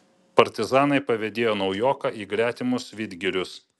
partizanai pavedėjo naujoką į gretimus vidgirius